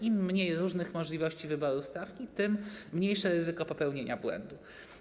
Im mniej różnych możliwości wyboru stawki, tym mniejsze ryzyko popełnienia błędu.